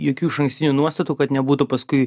jokių išankstinių nuostatų kad nebūtų paskui